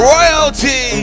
Royalty